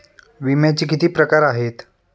विम्याचे किती प्रकार आहेत?